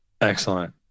Excellent